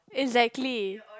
exactly